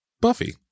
Buffy